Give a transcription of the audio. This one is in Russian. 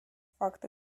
факта